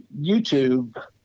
YouTube